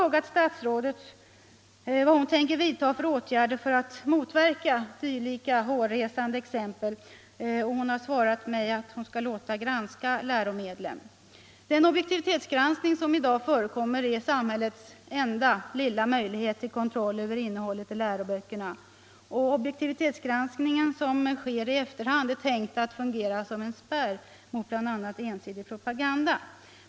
dylika hårresande exempel, och hon har svarat mig att hon skall låta — Nr 83 granska läromedlen bättre. Tisdagen den Den objektivitetsgranskning som i dag förekommer är samhällets enda 16 mars 1976 lilla möjlighet till kontroll över innehållet i läroböckerna. Den objek = tivitetsgranskning som äger rum i efterhand är tänkt att fungera som Om samhällsinforen spärr mot bl.a. ensidig propaganda.